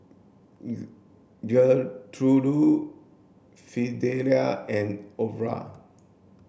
Gertrude Fidelia and Orah